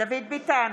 דוד ביטן,